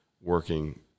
working